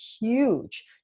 huge